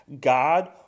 God